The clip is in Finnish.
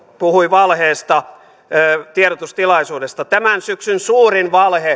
valheesta tiedotustilaisuudessa tämän syksyn suurin valhe jota toistetaan jatkuvasti on vihreiden